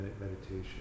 meditation